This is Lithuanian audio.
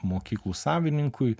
mokyklų savininkui